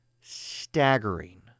Staggering